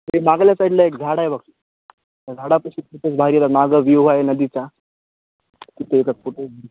ते मागल्या साइडला एक झाड आहे बघ त्या झाडापाशी फोटो भारी येतात मागं व्यू आहे नदीचा तिथे येतात फोटो